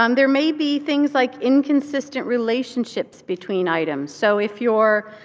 um there may be things like inconsistent relationships between items. so if your